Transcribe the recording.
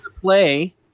Play